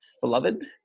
beloved